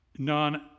Non